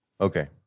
Okay